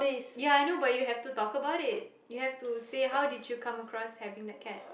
ya I know but you have to talk about it